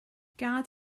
gad